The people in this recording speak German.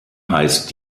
heißt